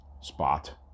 spot